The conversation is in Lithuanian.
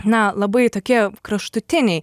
na labai tokie kraštutiniai